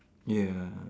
ya